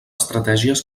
estratègies